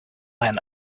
land